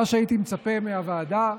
מה שהייתי מצפה מהוועדה,